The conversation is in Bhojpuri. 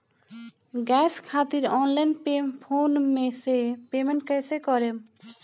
गॅस खातिर ऑनलाइन फोन से पेमेंट कैसे करेम?